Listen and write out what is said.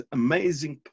amazing